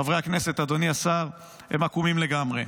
חברי הכנסת, אדוני השר, הם עקומים לגמרי.